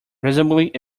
resembling